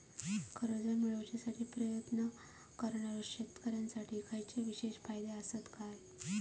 कर्जा मेळाकसाठी प्रयत्न करणारो शेतकऱ्यांसाठी खयच्या विशेष फायदो असात काय?